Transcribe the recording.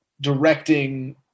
directing